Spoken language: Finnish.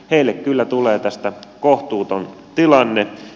heille kyllä tulee tästä kohtuuton tilanne